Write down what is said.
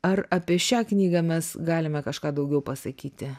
ar apie šią knygą mes galime kažką daugiau pasakyti